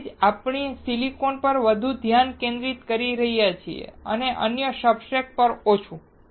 તેથી જ આપણે સિલિકોન પર વધુ ધ્યાન કેન્દ્રિત કરી રહ્યા છીએ અને અન્ય સબસ્ટ્રેટ્સ પર ઓછું